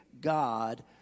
God